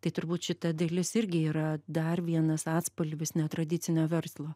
tai turbūt šita dalis irgi yra dar vienas atspalvis netradicinio verslo